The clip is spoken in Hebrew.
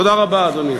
תודה רבה, אדוני.